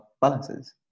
balances